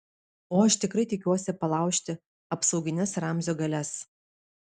o aš tikrai tikiuosi palaužti apsaugines ramzio galias